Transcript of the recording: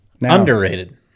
Underrated